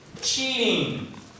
cheating